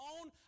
own